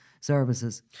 services